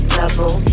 level